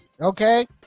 okay